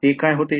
ते काय होते